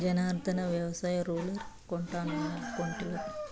జనార్ధన, వ్యవసాయ రూలర్ కొంటానన్నావ్ కొంటివా